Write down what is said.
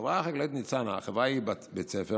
החווה החקלאית ניצנה, החווה היא בית ספר